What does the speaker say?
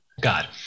God